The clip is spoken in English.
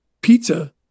pizza